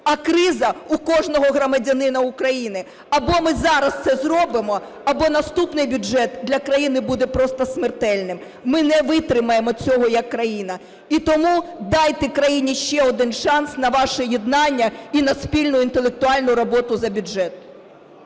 а криза у кожного громадянина України. Або ми зараз це зробимо, або наступний бюджет для країни буде просто смертельним, ми не витримаємо цього як країна. І тому дайте країні ще один шанс на ваше єднання і на спільну інтелектуальну роботу за бюджет.